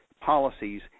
policies